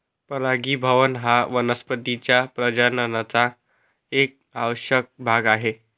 परागीभवन हा वनस्पतीं च्या प्रजननाचा एक आवश्यक भाग आहे